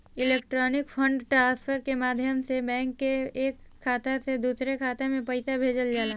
electronic fund transfer के माध्यम से बैंक के एक खाता से दूसरा खाता में पईसा भेजल जाला